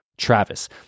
Travis